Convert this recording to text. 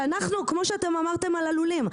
שאנחנו כמו שאתם אמרתם על הלולים,